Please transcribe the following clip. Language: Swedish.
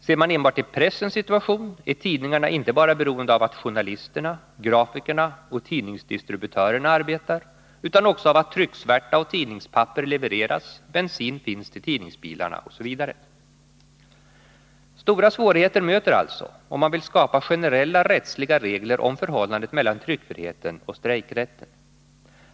Ser man enbart till pressens situation är tidningarna inte bara beroende av att journalisterna, grafikerna och tidningsdistributörerna arbetar utan också av att trycksvärta och tidningspapper levereras, bensin finns till tidningsbilarna osv. Stora svårigheter möter alltså, om man vill skapa generella rättsliga regler om förhållandet mellan tryckfriheten och strejkrätten.